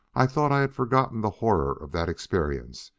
i thought i had forgotten the horror of that experience,